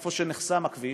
איפה שנחסם הכביש,